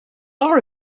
are